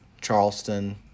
Charleston